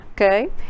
Okay